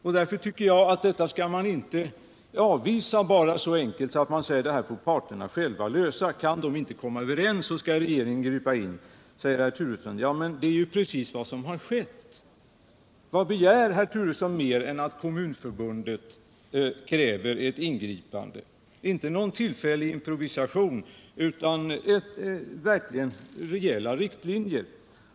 Jag tycker inte att man skall avvisa problemet genom att, så enkelt som herr Turesson gör, säga att parterna själva får lösa det, men att regeringen skall ingripa om de inte kan komma överens. Det är ju precis vad som har skett! Vad begär herr Turesson mer än att Kommunförbundet kräver ett ingripande, inte genom någon tillfällig improvisation, utan med rejäla riktlinjer?